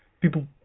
people